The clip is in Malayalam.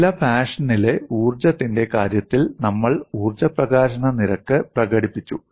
ചില ഫാഷനിലെ ഊർജ്ജത്തിന്റെ കാര്യത്തിൽ നമ്മൾ ഊർജ്ജ പ്രകാശന നിരക്ക് പ്രകടിപ്പിച്ചു